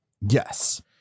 Yes